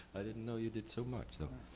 i didn't know you did so much, though.